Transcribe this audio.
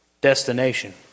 destination